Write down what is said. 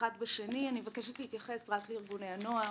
בשני אני מבקשת להתייחס רק לארגוני הנוער.